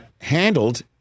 handled